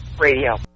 Radio